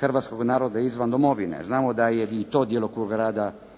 hrvatskog naroda izvan Domovine. Znamo da je i to djelokrug rada ovoga